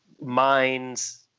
minds